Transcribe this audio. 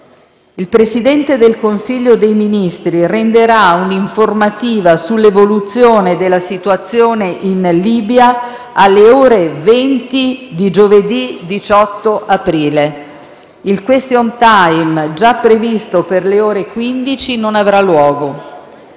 Il Presidente del Consiglio dei ministri renderà un'informativa sull'evoluzione della situazione in Libia alle ore 20 di giovedì 18 aprile. Il *question time* già previsto per le ore 15 non avrà luogo.